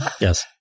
Yes